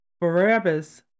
Barabbas